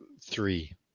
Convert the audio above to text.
Three